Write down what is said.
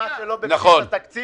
ב-1/12 הן מתפקדות.